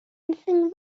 anything